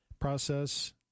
process